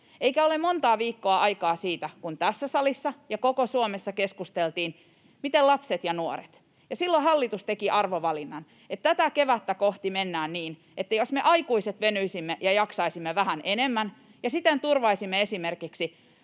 Eikä ole montaa viikkoa aikaa siitä, kun tässä salissa ja koko Suomessa keskusteltiin tästä: miten lapset ja nuoret? Ja silloin hallitus teki arvovalinnan, että tätä kevättä kohti mennään niin, että me aikuiset venyisimme ja jaksaisimme vähän enemmän ja siten turvaisimme esimerkiksi